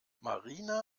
marina